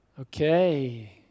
Okay